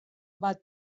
bat